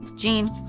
gene,